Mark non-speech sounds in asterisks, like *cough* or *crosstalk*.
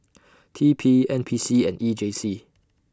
*noise* T P N P C and E J C